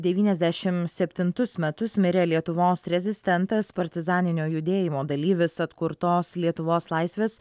devyniasdešim septintus metus mirė lietuvos rezistentas partizaninio judėjimo dalyvis atkurtos lietuvos laisvės